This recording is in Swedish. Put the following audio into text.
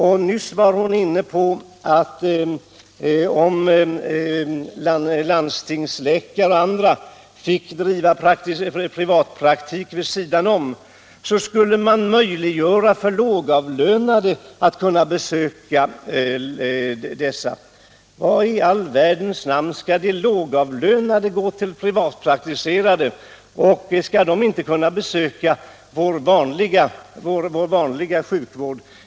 Nyss var hon inne på tanken att om landstingsläkare och andra läkare fick bedriva privatpraktik vid sidan av sin tjänstgöring, skulle det därigenom möjliggöras för lågavlönade att besöka dessa. Men varför i all världen skall de lågavlönade gå till privatpraktiserande läkare? Skall de inte kunna besöka vår vanliga sjukvård?